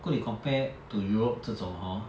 如果你 compared to europe 这种 hor